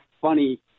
funny